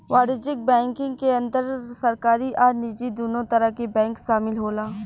वाणिज्यक बैंकिंग के अंदर सरकारी आ निजी दुनो तरह के बैंक शामिल होला